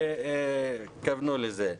שהתכוונו לזה.